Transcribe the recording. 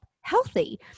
healthy